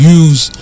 use